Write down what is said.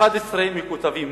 11 מכותבים?